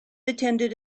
attended